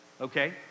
Okay